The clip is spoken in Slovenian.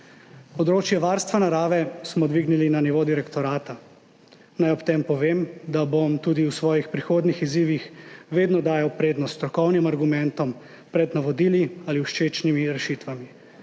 Področje varstva narave smo dvignili na nivo direktorata. Naj ob tem povem, da bom tudi v svojih prihodnjih izzivih vedno dajal prednost strokovnim argumentom pred navodili ali všečnimi rešitvami,